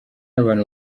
abantu